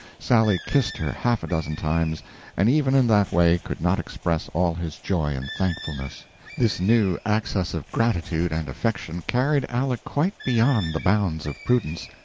sally kissed her half a dozen times and even in that way could not express all his joy and thankfulness this new access of gratitude and affection carried aleck quite beyond the bounds of prudence,